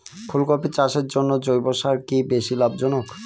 ফুলকপি চাষের জন্য জৈব সার কি বেশী লাভজনক?